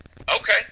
Okay